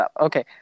okay